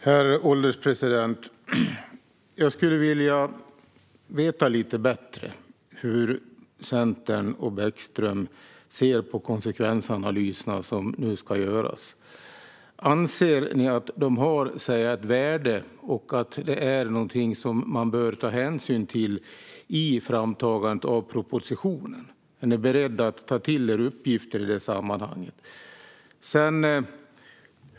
Herr ålderspresident! Jag skulle vilja veta lite bättre hur Centern och Bäckström ser på konsekvensanalyserna som nu ska göras. Anser ni att de har ett värde och att det är någonting som man bör ta hänsyn till vid framtagandet av propositionen? Är ni beredda att ta till er uppgifter i det sammanhanget?